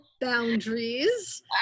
Boundaries